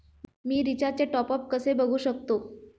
मी रिचार्जचे टॉपअप कसे बघू शकतो?